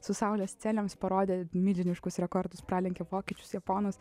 su saulės celėmis parodė milžiniškus rekordus pralenkė vokiečius japonus